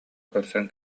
көрсөн